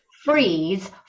freeze